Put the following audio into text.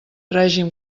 règim